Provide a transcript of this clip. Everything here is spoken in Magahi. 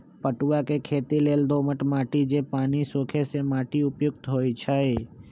पटूआ के खेती लेल दोमट माटि जे पानि सोखे से माटि उपयुक्त होइ छइ